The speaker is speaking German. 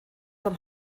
vom